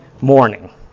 morning